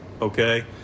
okay